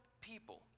people